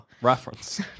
Reference